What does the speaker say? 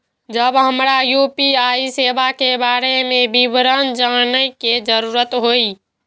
जब हमरा यू.पी.आई सेवा के बारे में विवरण जानय के जरुरत होय?